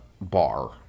bar